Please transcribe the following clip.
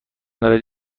دارد